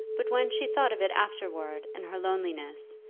but when she thought of it afterwards in her loneliness,